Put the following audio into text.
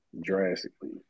Drastically